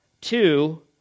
Two